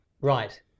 Right